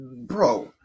Bro